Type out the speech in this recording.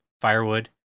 firewood